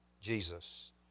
Jesus